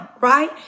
right